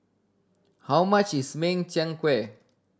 how much is Min Chiang Kueh